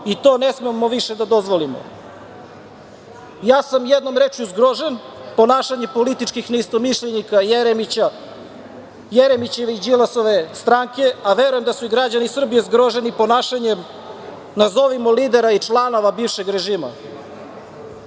i to ne smemo više da dozvolimo. Jednom rečju, ja sam zgrožen ponašanjem političkih neistomišljenika, Jeremićeve ili Đilasove stranke, a verujem da su i građani Srbije zgroženi ponašanjem nazovimo lidera i članova bivšeg režima.